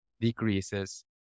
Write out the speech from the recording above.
decreases